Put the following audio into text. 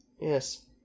Yes